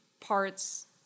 parts